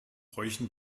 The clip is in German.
bräuchen